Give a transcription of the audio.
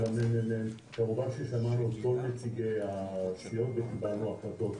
מרכז המחקר והמידע של הכנסת וגם שמענו את כל נציגי הסיעות וקיבלנו החלטות.